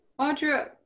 Audra